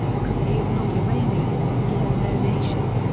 because he is not iranian, he has no nation,